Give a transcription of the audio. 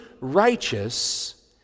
righteous